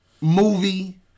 movie